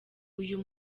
uyu